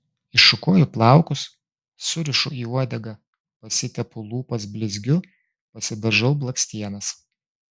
iššukuoju plaukus surišu į uodegą pasitepu lūpas blizgiu pasidažau blakstienas